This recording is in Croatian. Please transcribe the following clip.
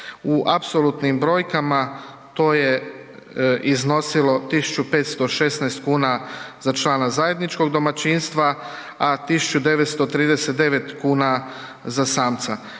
U apsolutnim brojkama to je iznosilo 1.516 kuna za člana zajedničkog domaćinstva, a 1.939 kuna za samca.